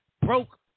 broke